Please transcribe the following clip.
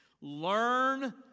learn